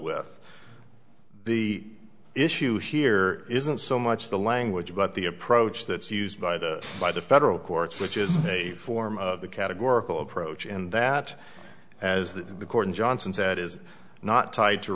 with the issue here isn't so much the language but the approach that's used by the by the federal courts which is a form of the categorical approach and that as the court johnson said is not tied to